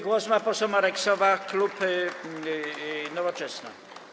Głos ma poseł Marek Sowa, klub Nowoczesna.